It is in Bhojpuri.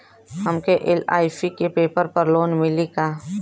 हमके एल.आई.सी के पेपर पर लोन मिली का?